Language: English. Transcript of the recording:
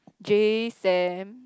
Jay Sam